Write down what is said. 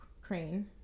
Crane